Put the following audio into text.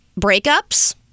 Breakups